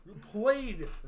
played